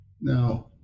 now